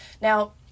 Now